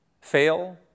fail